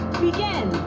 begin